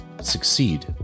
succeed